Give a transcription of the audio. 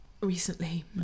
Recently